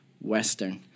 western